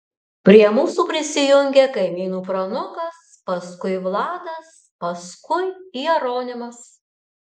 prie mūsų prisijungė kaimynų pranukas paskui vladas paskui jeronimas